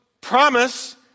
promise